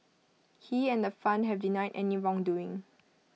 he and the fund have denied any wrongdoing